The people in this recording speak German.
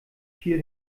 viel